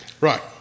Right